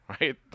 right